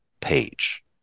page